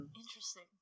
interesting